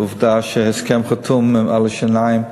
עובדה שיש הסכם חתום נושא השיניים,